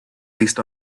least